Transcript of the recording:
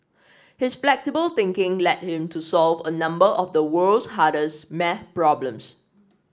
his flexible thinking led him to solve a number of the world's hardest maths problems